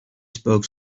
spoke